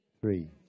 Three